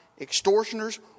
extortioners